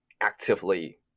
actively